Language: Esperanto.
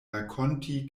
rakonti